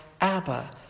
Abba